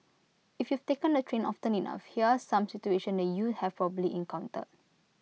if you've taken the train often enough here are some situation that you'd have probably encountered